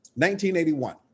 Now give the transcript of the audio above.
1981